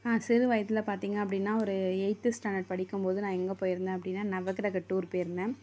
நான் சிறு வயதில் பார்த்தீங்க அப்படின்னா ஒரு எயித் ஸ்டாண்டர்ட் படிக்கும்போது நான் எங்கே போயிருந்தேன் அப்படின்னா நவக்கிரக டூர் போயிருந்தேன்